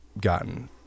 gotten